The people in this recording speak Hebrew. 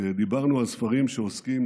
כשדיברנו על ספרים שעוסקים